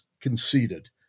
conceded